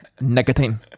nicotine